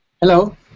Hello